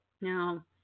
Now